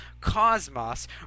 cosmos